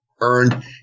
earned